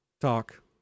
Talk